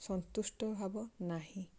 ସନ୍ତୁଷ୍ଟ ଭାବ ନାହିଁ